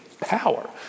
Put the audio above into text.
power